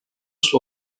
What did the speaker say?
suo